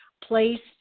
placed